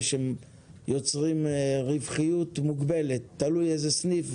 שיוצרים רווחיות מוגבלת תלוי איזה סניף,